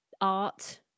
art